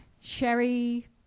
Sherry